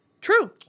True